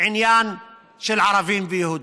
עניין של ערבים ויהודים.